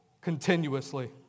continuously